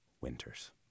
winters